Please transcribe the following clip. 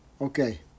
Okay